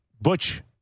Butch